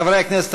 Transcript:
חברי הכנסת,